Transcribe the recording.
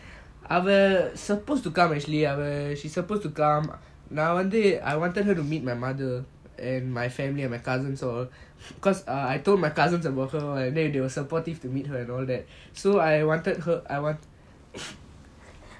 அவ:ava supposed to come actually she's supposed to come நான் வந்து:naan vanthu I wanted her to meet my mother and my family and my cousins also cause I told my cousins about her [what] then they were supportive to meet her and all that so I wanted her I want